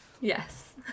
Yes